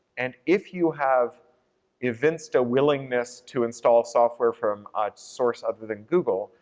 and if you have evinced a willingness to install software from a source other than google,